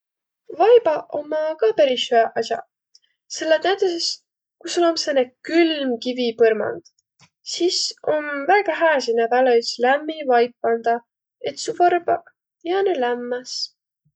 Vaibaq ommaq ka peris hüäq as'aq, selle et näütüses ku sul om sääne külm kivipõrmand, sis om väega hää sinnäq pääle üts lämmi vaip pandaq, et su varbaq jäänüq lämmäs.